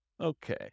Okay